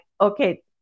okay